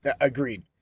Agreed